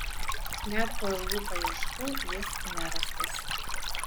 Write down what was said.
net po ilgų paieškų jis nerastas